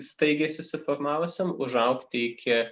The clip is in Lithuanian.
staigiai susiformavusiam užaugti iki